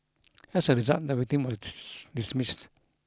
as a result the victim was dismissed